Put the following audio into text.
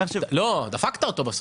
לא, דפקת אותו בסוף.